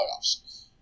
playoffs